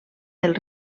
del